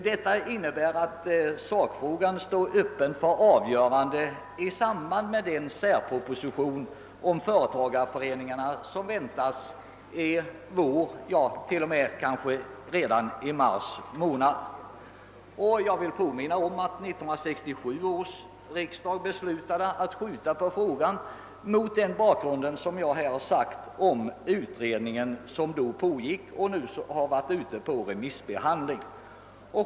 Detta betyder att sakfrågan står öppen för avgörande i samband med den särproposition om företagareföreningarna som väntas i vår — kanske redan i mars månad. Jag vill påminna om att 1967 års riksdag beslutade att skjuta på frågan med anledning av den då pågående utredningen, som nu varit ute på remissbehandling.